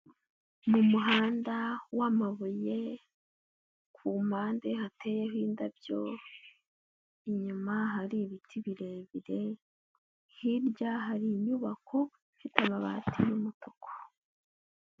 Mu muhanda w'amabuye, ku mpande hateyeho indabyo, inyuma hari ibiti birebire, hirya hari inyubako ifite amabati y'umutuku.